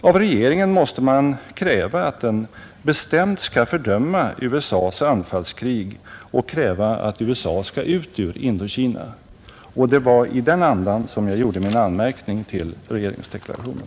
Av regeringen måste man begära att den bestämt skall fördöma USA:s anfallskrig och kräva att USA skall ut ur Indokina. Och det var i den andan som jag gjorde min anmärkning till regeringsdeklarationen.